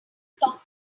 talk